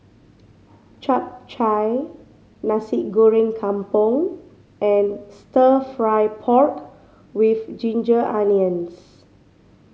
Chap Chai Nasi Goreng Kampung and Stir Fry pork with ginger onions